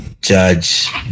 Judge